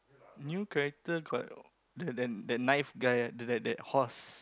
new character got the the the knife guy that that that horse